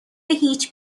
هیچ